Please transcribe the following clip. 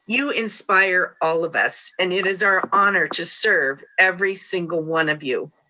you inspire all of us. and it is our honor to serve every single one of you.